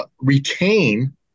retain